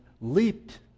leaped